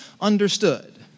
understood